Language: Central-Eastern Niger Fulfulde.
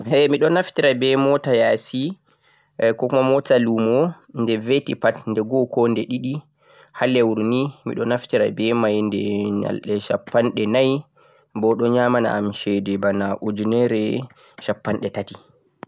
Miɗon naftira be mota yasi kokuma mota lumo koh je haya nde vetipat nde go koh nde ɗiɗi. Ha leuru nii miɗon naftira be mai nde nyalɗe shappanɗe nai bo ɗo nyamana shede bana ujunere shappanɗe tati